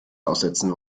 aussetzen